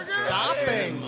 stopping